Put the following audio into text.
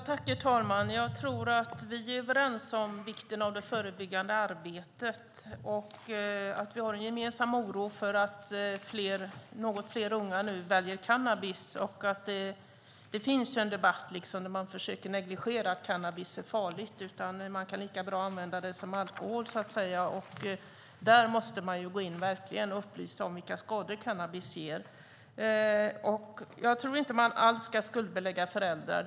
Herr talman! Vi är överens om vikten av det förebyggande arbetet och att vi är oroliga över att fler unga väljer cannabis. Det finns en debatt där man försöker negligera att cannabis är farligt, att den används likaväl som alkohol. Där behövs verkligen upplysning om vilka skador cannabis ger. Jag tror inte att man alls ska skuldbelägga föräldrar.